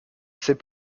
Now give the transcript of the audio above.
c’est